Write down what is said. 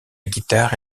guitare